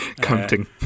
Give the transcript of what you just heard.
Counting